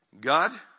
God